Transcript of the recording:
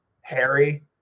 Harry